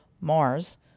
Mars